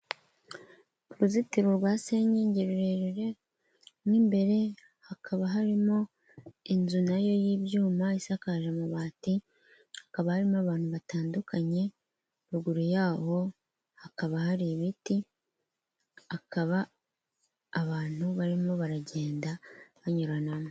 Uruzitiro rwa senkige rurerure mo imbere hakaba harimo inzu nayo y'ibyuma isakaje amabati, hakaba harimo abantu batandukanye, ruguru yaho hakaba hari ibiti, akaba abantu barimo baragenda banyuranamo.